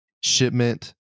shipment